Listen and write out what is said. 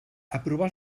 aprovar